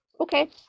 okay